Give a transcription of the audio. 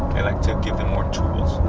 i like to give them more tools.